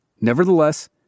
Nevertheless